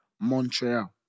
Montreal